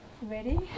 Ready